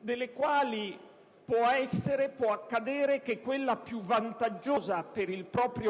diverse strade; e può accadere che quella più vantaggiosa per il